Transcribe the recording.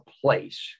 place